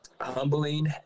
humbling